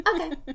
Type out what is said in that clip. okay